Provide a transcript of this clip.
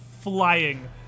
flying